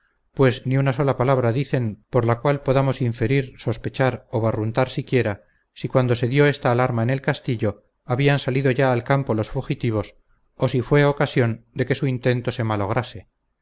pues ni una sola palabra dicen por la cual podamos inferir sospechar o barruntar siquiera si cuando se dio esta alarma en el castillo habían salido ya al campo los fugitivos o si fue ocasión de que su intento se malograse